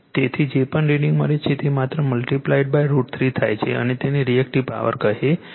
તેથી જે પણ રીડિંગ મળે તે માત્ર મલ્ટીપ્લાઇડ √ 3 થાય છે તેને રિએક્ટિવ પાવર કહે છે